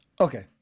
Okay